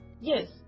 Yes